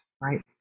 Right